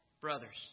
brothers